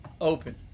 open